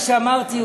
מה שאמרתי,